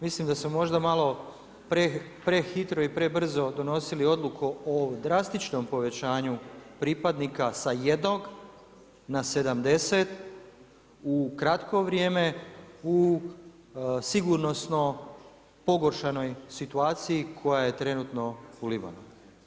Mislim da smo možda malo prehitro i prebrzo donosili odluku o drastičnom povećanju pripadnika sa jednog na 70 u kratko vrijeme u sigurnosno pogoršanoj situaciji koja je trenutno u Libanonu.